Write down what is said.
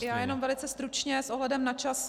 Já jenom velice stručně s ohledem na čas.